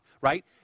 Right